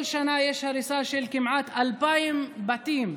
כל שנה יש הריסה של כמעט 2,000 בתים,